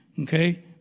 Okay